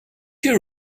you